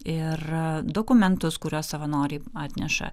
ir dokumentus kuriuos savanoriai atneša